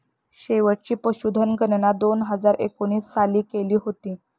शेवटची पशुधन गणना दोन हजार एकोणीस साली केली होती